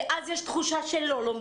כי אז יש תחושה שלומדים,